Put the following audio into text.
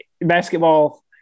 Basketball